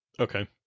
Okay